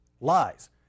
Lies